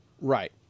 Right